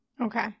Okay